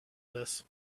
this